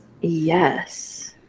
yes